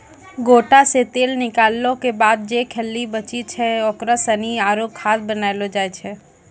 गोटा से तेल निकालो के बाद जे खल्ली बची जाय छै ओकरा सानी आरु खाद बनैलो जाय छै